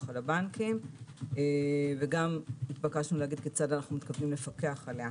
על הבנקים וגם התבקשנו להגיד כיצד אנו מתכוונים לפקח עליה.